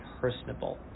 personable